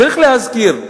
צריך להזכיר,